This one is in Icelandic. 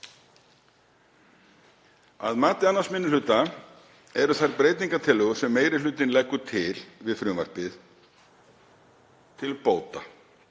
Að mati 2. minni hluta eru þær breytingartillögur sem meiri hlutinn leggur til við frumvarpið til bóta